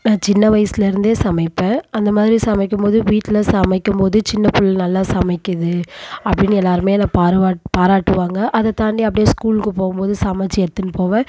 நான் சின்ன வயசுலேருந்தே சமைப்பேன் அந்த மாதிரி சமைக்கும் போது வீட்டில் சமைக்கும் போது சின்ன பிள்ள நல்லா சமைக்கிறது அப்படின்னு எல்லோருமே என்னை பாருவா பாராட்டுவாங்க அதை தாண்டி அப்படியே ஸ்கூலுக்குப் போகும் போது சமைச்சி எடுத்துன்னு போவேன்